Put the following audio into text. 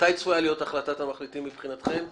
מתי צפויה להיות הצעת המחליטים מבחינתכם?